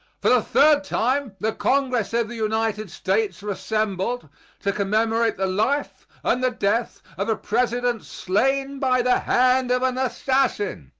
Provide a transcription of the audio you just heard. for the third time the congress of the united states are assembled to commemorate the life and the death of a president slain by the hand of an assassin.